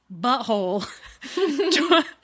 butthole